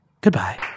Goodbye